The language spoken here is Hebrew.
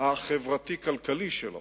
החברתי-כלכלי שלו,